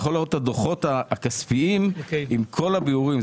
אתה יכול לראות את הדוחות הכספיים עם כל הבירורים.